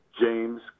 James